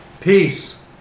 Peace